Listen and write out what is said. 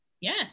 Yes